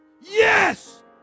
yes